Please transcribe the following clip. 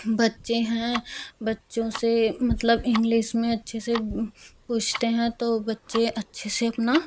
बच्चे हैं बच्चों से मतलब इंग्लिस में अच्छे से पूछते हैं तो बच्चे अच्छे से अपना